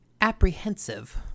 apprehensive